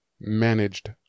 managed